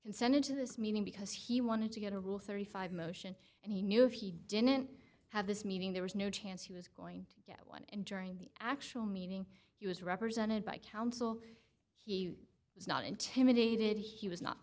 consented to this meeting because he wanted to get a rule thirty five motion and he knew if he didn't have this meeting there was no chance he was going to get one and during the actual meeting he was represented by counsel he was not intimidated he was not